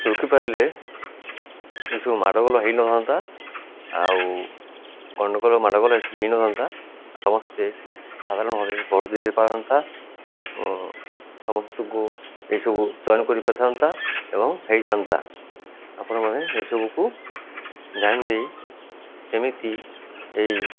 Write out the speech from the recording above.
ରୋକିପାରିଲେ ଏସବୁ ମାଡ଼ଗୋଳ ହେଇନଥାନ୍ତା ଆଉ ଗଣ୍ଡଗୋଳ ମାଡ଼ଗୋଳ ହେଇନଥାନ୍ତା ଆଉ ସମସ୍ତେ ସାଧାରଣ ଭାବେ ବଡ଼ ଦେଇ ପାରନ୍ତା ସମସ୍ତଙ୍କୁ ଏସବୁ ଚଏନ କରିପାରିଥାନ୍ତା ଏବଂ ହେଇଥାନ୍ତା ଆପଣମାନେ ଏସବୁକୁ ଧ୍ୟାନ ଦେଇ କେମିତି ଏଇ